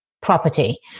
property